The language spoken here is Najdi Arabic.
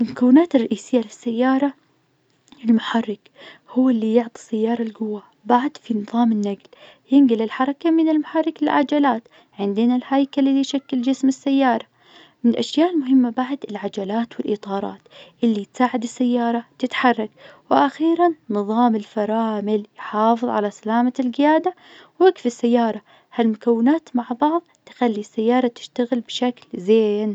من المكونات الرئيسية للسيارة المحرك هو اللي يعطي السيارة القوة. بعد في نظام النقل ينقل الحركة من المحرك للعجلات، عندنا الهيكل اللي يشكل جسم السيارة. من الأشياء المهمة بعد العجلات والإطارات اللي تساعد السيارة تتحرك، وأخيرا نظام الفرامل يحافظ على سلامة القيادة ويوقف السيارة. ها المكونات مع بعض تخلي السيارة تشتغل بشكل زين.